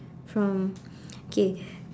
from okay